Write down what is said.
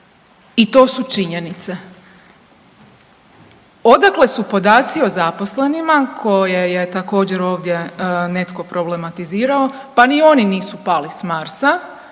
I to su činjenice. Odakle su podaci o zaposlenima koje je također ovdje netko problematizirao, pa ni oni nisu pali s Marsa,